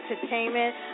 Entertainment